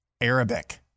Arabic